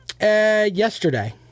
yesterday